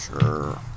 Sure